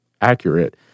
accurate